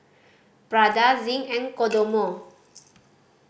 Prada Zinc and Kodomo